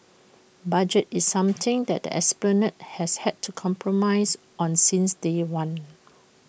budget is something that the esplanade has had to compromise on since day one